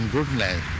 goodness